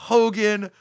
Hogan